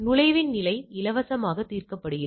நுழைவின் நிலை இலவசமாக தீர்க்கப்படுகிறது